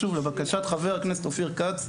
לבקשת חבר הכנסת אופיר כץ,